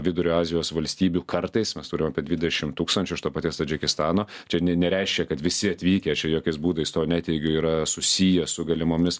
vidurio azijos valstybių kartais mes turim apie dvidešimt tūkstančių iš to paties tadžikistano čia ne nereiškia kad visi atvykę čia jokiais būdais to neteigiu yra susiję su galimomis